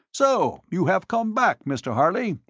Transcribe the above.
so you have come back, mr. harley?